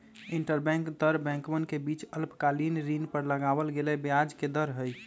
interbank दर बैंकवन के बीच अल्पकालिक ऋण पर लगावल गेलय ब्याज के दर हई